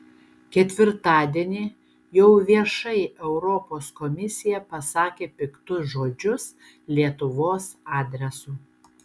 ketvirtadienį jau viešai europos komisija pasakė piktus žodžius lietuvos adresu